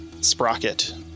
Sprocket